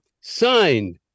Signed